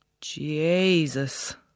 Jesus